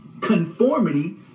conformity